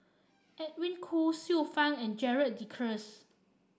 Edwin Koo Xiu Fang and Gerald De Cruz